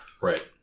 Right